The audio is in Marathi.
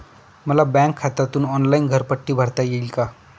मला बँक खात्यातून ऑनलाइन घरपट्टी भरता येईल का?